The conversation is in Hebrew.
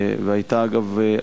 ואגב,